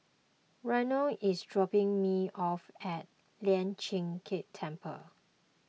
Reynold is dropping me off at Lian Chee Kek Temple